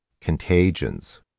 contagions